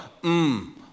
Mmm